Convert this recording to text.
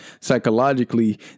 psychologically